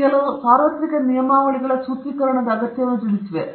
ಕೆಲವು ಸಾರ್ವತ್ರಿಕ ನಿಯಮಾವಳಿಗಳ ಸೂತ್ರೀಕರಣದ ಅಗತ್ಯವನ್ನು ತಿಳಿಸಿವೆ